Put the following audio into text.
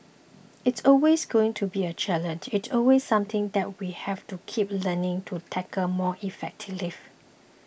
it's always going to be a challenge it's always something that we have to keep learning to tackle more effectively